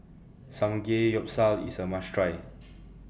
Samgeyopsal IS A must Try